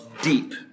deep